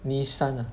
Nissan ah